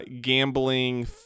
gambling